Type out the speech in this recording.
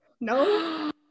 No